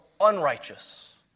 unrighteous